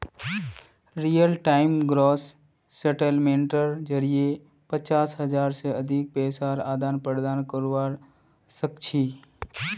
real time gross सेटलमेंटेर जरिये पचास हज़ार से अधिक पैसार आदान प्रदान करवा सक छी